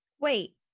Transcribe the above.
Wait